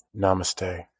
Namaste